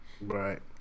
Right